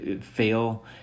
fail